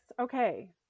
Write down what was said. Okay